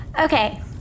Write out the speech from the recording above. Okay